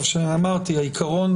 אמרתי שהעיקרון,